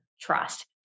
trust